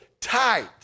tight